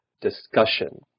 discussion